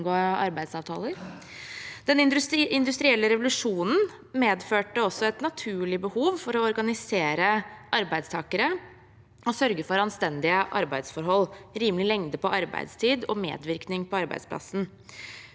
Den industrielle revolusjonen medførte også et naturlig behov for å organisere arbeidstakere og sørge for anstendige arbeidsforhold, rimelig lengde på arbeidstid og medvirkning på arbeidsplassen.